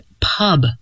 Pub